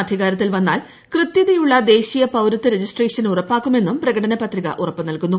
അധികാരത്തിൽ വന്നാൽ കൃത്യതയുള്ള ദേശീയ പൌരത്വ രജിസ്ട്രേഷൻ ഉറപ്പാക്കുമെന്നും പ്രകടന പത്രിക ഉറപ്പു നൽകുന്നു